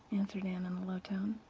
answered anne in a low tone.